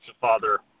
Father